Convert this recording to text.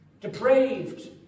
depraved